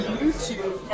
YouTube